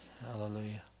Hallelujah